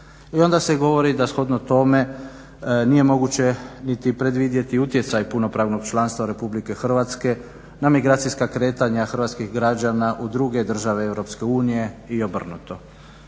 i onda se govori da shodno tome nije moguće niti predvidjeti utjecaj punopravnog članstva RH na migracijska kretanja Hrvatskih građana u druge države EU i obrnuto.